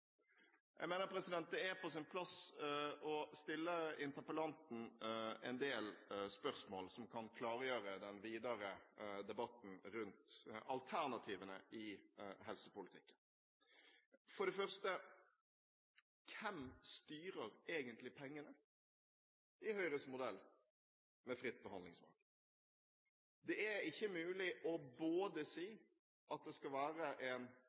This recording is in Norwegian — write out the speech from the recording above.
Jeg mener det er på sin plass å stille interpellanten en del spørsmål som kan klargjøre den videre debatten rundt alternativene i helsepolitikken. For det første: Hvem styrer egentlig pengene i Høyres modell med fritt behandlingsvalg? Det er ikke mulig både å si at det skal være en